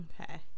Okay